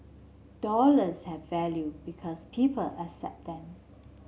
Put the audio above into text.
dollars have value because people accept them